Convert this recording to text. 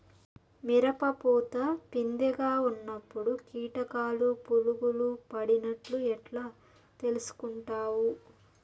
మిరప పూత పిందె గా ఉన్నప్పుడు కీటకాలు పులుగులు పడినట్లు ఎట్లా తెలుసుకుంటావు?